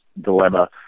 dilemma